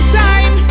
time